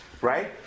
Right